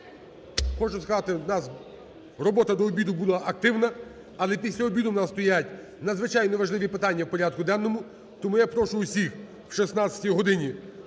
хочу сказати, у нас робота до обіду була активна, але після обіду в нас стоять надзвичайно важливі питання в порядку денному. Тому я прошу всіх о 16 годині